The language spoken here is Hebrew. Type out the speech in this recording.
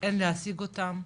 אין להשיג אותם,